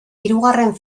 hirugarren